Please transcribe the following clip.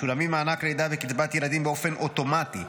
משולמים מענק לידה וקצבת ילדים באופן אוטומטי,